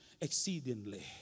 exceedingly